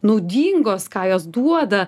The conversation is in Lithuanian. naudingos ką jos duoda